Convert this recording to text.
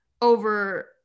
over